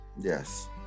Yes